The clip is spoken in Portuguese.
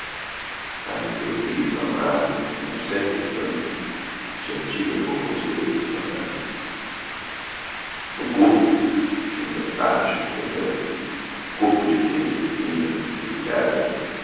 há no teu riso amargo um certo encanto de antiga formosura destronada no corpo de um letárgico quebranto corpo de essência fina delicada